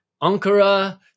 Ankara